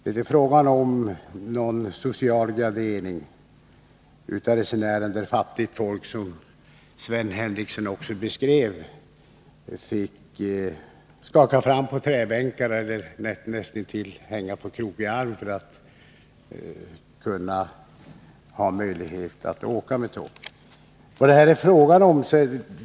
Det är inte fråga om någon social gradering av resenärer, som när fattigt folk —som Sven Henricsson beskrev — fick skaka fram på träbänkar eller näst intill hänga i krokig arm för att ha möjlighet att åka med tågen.